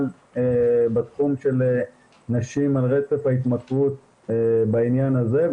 בתחום של נשים על רצף ההתמכרות בעניין הזה,